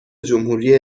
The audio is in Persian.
جمهوری